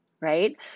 right